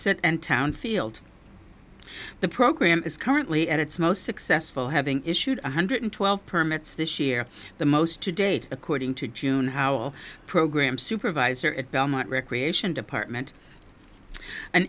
street and town field the program is currently at its most successful having issued one hundred twelve permits this year the most to date according to june howell program supervisor at belmont recreation department an